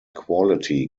quality